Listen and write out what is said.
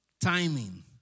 timing